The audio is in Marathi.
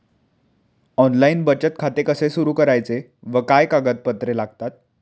ऑनलाइन बचत खाते कसे सुरू करायचे व काय कागदपत्रे लागतात?